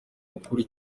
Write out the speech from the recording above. ukuri